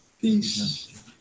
Peace